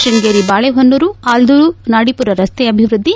ಶೃಂಗೇರಿ ಬಾಳೆಹೊನ್ನೂರು ಆಲ್ಯೂರು ನಾಡಿಪುರ ರಸ್ತೆ ಅಭಿವೃದ್ಧಿ